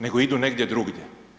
Nego idu negdje drugdje.